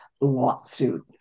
lawsuit